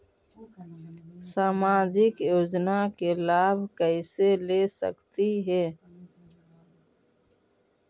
सामाजिक योजना के लाभ कैसे ले सकली हे?